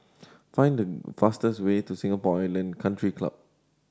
find the fastest way to Singapore Island Country Club